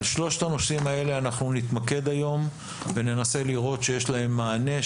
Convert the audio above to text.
בשלושת הנושאים האלה אנחנו נתמקד היום וננסה לראות שיש להם מענה,